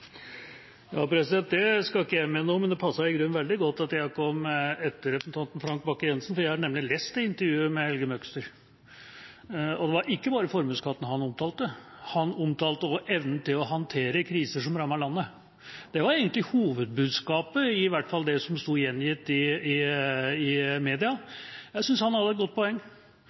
Det skal ikke jeg mene noe om, men det passet i grunnen veldig godt at jeg kom etter representanten Frank Bakke-Jensen, for jeg har nemlig lest det intervjuet med Helge Møgster. Det var ikke bare formuesskatten han omtalte. Han omtalte også evnen til å håndtere kriser som rammer landet. Det var egentlig hovedbudskapet, iallfall i det som sto gjengitt i